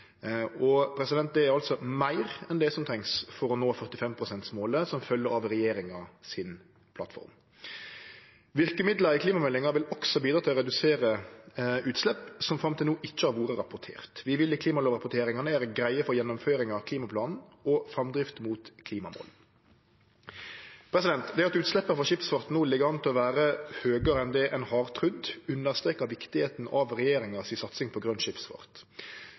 Det er altså meir enn det som trengst for å nå 45 pst.-målet som følgjer av plattforma til regjeringa. Verkemidla i klimameldinga vil også bidra til å redusere utslepp som fram til no ikkje har vore rapportert. Vi vil i klimalovrapporteringane gjere greie for gjennomføringa av klimaplanen og framdrifta mot klimamål. At utsleppa frå skipsfarten no ligg an til å vere høgare enn ein har trudd, understrekar viktigheita av satsinga til regjeringa på grøn skipsfart.